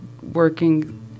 working